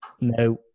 no